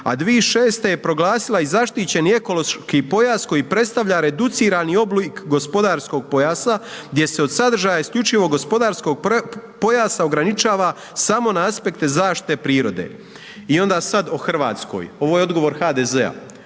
a 2006. je proglasila i zaštićeni ekološki pojas koji predstavlja reducirani oblik gospodarskog pojasa gdje se od sadržaja isključivo gospodarskog pojasa ograničava samo na aspekte zaštite prirode“ i onda sad o RH, ovo je odgovor HDZ-a